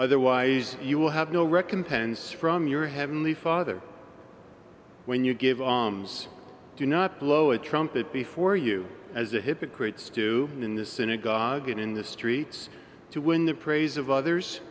otherwise you will have no recompense from your heavenly father when you give alms do not blow a trumpet before you as a hypocrites do in the synagogue and in the streets to win the praise of others